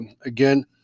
again